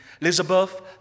Elizabeth